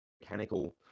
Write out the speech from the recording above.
mechanical